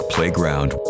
playground